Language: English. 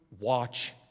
watch